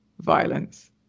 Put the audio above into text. violence